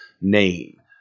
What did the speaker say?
name